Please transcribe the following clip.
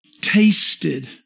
tasted